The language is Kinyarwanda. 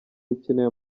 rukeneye